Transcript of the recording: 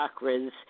chakras